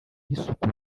y’isuku